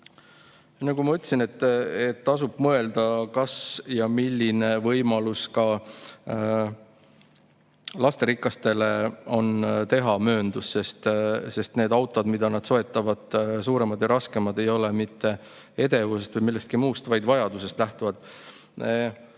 Nagu ma ütlesin, tasub mõelda, kas või milline võimalus on teha ka lasterikastele [peredele] mööndus, sest need autod, mida nad soetavad, on suuremad ja raskemad ja mitte edevusest või millestki muust, vaid vajadusest lähtuvalt.